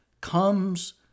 comes